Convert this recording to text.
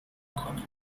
میکنه